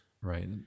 Right